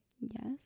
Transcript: Yes